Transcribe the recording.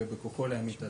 ובכוחו להמית אדם.